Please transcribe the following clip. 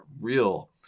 real